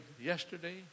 yesterday